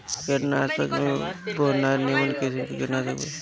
कीटनाशक में बोनाइड निमन किसिम के कीटनाशक बा